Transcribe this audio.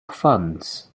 funds